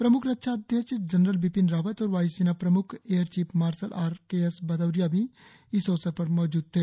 प्रमुख रक्षा अध्यक्ष जनरल बिपिन रावत और वाय़सेना प्रमुख air chief marshal R K S Bhadauria भी इस अवसर पर मौजूद थे